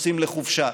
נוסעים לחופשה,